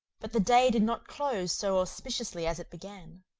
but the day did not close so auspiciously as it began